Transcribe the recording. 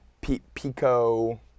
Pico